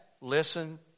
listen